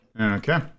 Okay